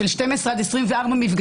של 12 עד 24 מפגשים,